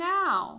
now